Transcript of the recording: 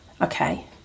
okay